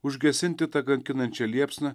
užgesinti tą kankinančią liepsną